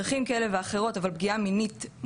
היא אפילו לא היתה מסוגלת להוריד את האוזניות.